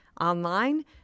Online